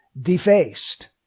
defaced